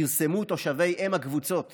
פרסמו תושבי אם הקבוצות